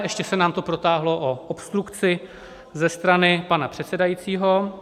Ještě se nám to protáhlo o obstrukci ze strany pana předsedajícího.